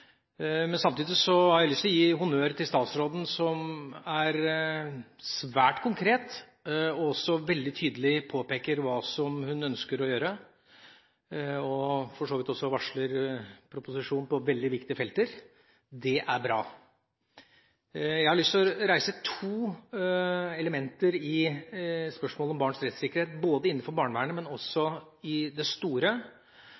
Samtidig har jeg lyst til å gi honnør til statsråden, som er svært konkret, og som også veldig tydelig peker på hva hun ønsker å gjøre – og for så vidt også varsler proposisjon på veldig viktige felter. Det er bra! Jeg har lyst til å ta opp to elementer i spørsmålet om barns rettssikkerhet – både innenfor barnevernet